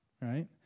right